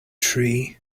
tree